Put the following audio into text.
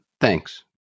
thanks